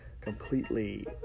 completely